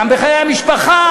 גם בחיי המשפחה,